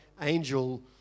angel